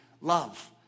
love